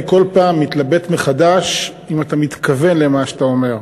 אני כל פעם מתלבט מחדש אם אתה מתכוון למה שאתה אומר,